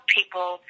people